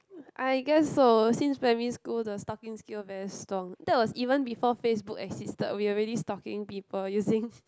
I guess so since primary school the stalking skill very strong that was even before Facebook existed we already stalking people using